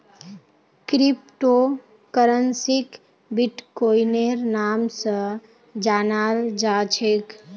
crypto करन्सीक बिट्कोइनेर नाम स जानाल जा छेक